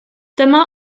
dyma